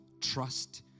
trust